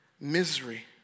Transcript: misery